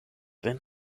vin